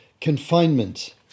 confinement